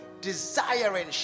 desiring